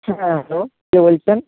হ্যাঁ হ্যালো কে বলছেন